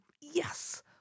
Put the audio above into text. yes